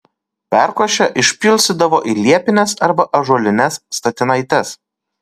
perkošę išpilstydavo į liepines arba ąžuolines statinaites